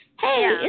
Hey